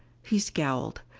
he scowled,